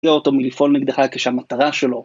אותו מלפעול נגדך כשהמטרה שלו